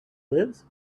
lives